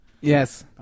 Yes